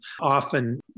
often